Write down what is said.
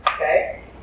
Okay